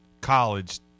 college